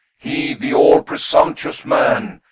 he the all-presumptuous man,